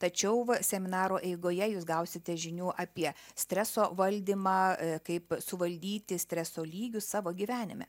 tačiau seminaro eigoje jūs gausite žinių apie streso valdymą kaip suvaldyti streso lygį savo gyvenime